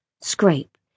Scrape